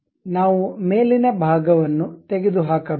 ನಾವು ಮೇಲಿನ ಭಾಗವನ್ನು ತೆಗೆದುಹಾಕಬೇಕು